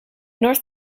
north